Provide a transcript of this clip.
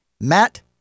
Matt